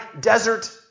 desert